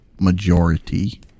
majority